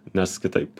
nes kitaip